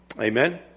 Amen